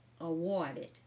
awarded